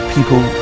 People